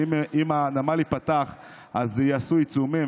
שאם הנמל ייפתח יעשו עיצומים.